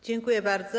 Dziękuję bardzo.